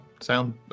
Sound